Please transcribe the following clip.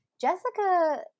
Jessica